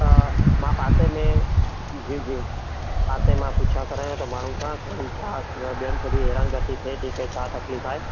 त मां पासे में जी जी पासे मां पुछा करायां थो माण्हुनि खां की भई छा ॿियनि खे बी हैरान गति थिए थी की छा तकलीफ़ु आहे